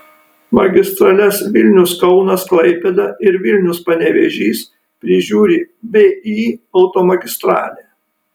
magistrales vilnius kaunas klaipėda ir vilnius panevėžys prižiūri vį automagistralė